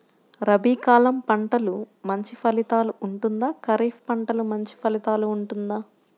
రబీ కాలం పంటలు మంచి ఫలితాలు ఉంటుందా? ఖరీఫ్ పంటలు మంచి ఫలితాలు ఉంటుందా?